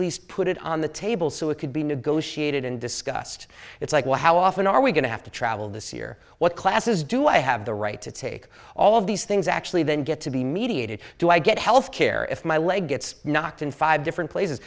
least put it on the table so it could be negotiated and discussed it's like well how often are we going to have to travel this year what classes do i have the right to take all of these things actually then get to be mediated do i get health care if my leg gets knocked in five different places